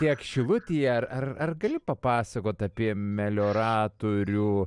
kiek šilutėje ar ar gali papasakot apie melioratorių